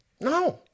No